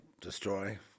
destroy